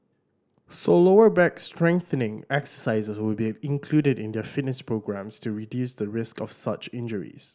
so lower back strengthening exercises will be included in their fitness programmes to reduce the risk of such injuries